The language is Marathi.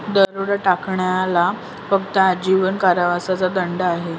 दरोडा टाकण्याला फक्त आजीवन कारावासाचा दंड आहे